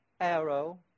arrow